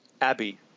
Abby